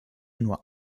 nur